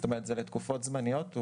כלומר זה לתקופות זמניות.